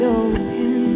open